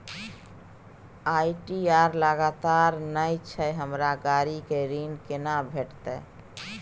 ITR लगातार नय छै हमरा गाड़ी के ऋण केना भेटतै?